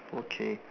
okay